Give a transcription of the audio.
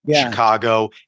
Chicago